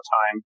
time